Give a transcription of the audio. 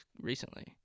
recently